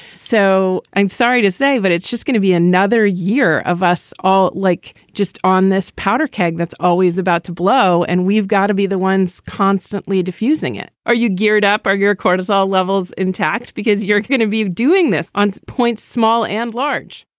so i'm sorry to say, but it's just gonna be another year of us all, like just on this powder keg that's always about to blow and we've got to be the ones constantly diffusing it are you geared up? are your cortisol levels intact because you're going to be doing this on points. small and large?